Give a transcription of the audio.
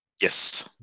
Yes